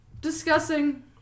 discussing